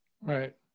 Right